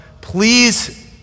please